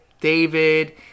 David